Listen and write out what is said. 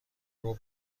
ربع